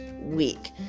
week